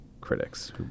critics